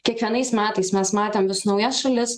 kiekvienais metais mes matėm vis naujas šalis